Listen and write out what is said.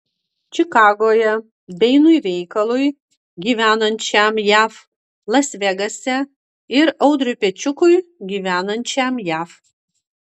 čikagoje benui veikalui gyvenančiam jav las vegase ir audriui pečiukui gyvenančiam jav